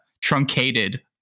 truncated